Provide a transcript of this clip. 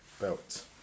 belt